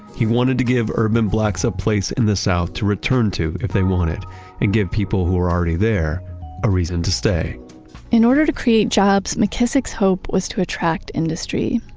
he wanted to give urban blacks a place in the south to return to if they wanted and give people who are already there a reason to stay in order to create jobs, mckissick's hope was to attract industry.